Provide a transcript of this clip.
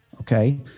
Okay